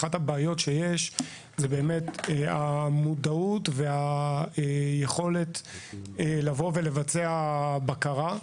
אחת הבעיות שיש היא המודעות והיכולת לבצע בקרה.